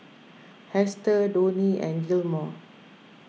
Hester Donnie and Gilmore